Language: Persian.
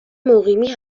مقیمی